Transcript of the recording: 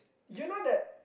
you know that